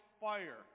fire